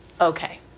okay